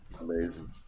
amazing